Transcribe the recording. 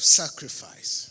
sacrifice